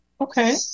Okay